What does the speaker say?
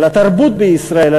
על התרבות בישראל,